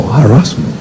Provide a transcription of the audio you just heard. harassment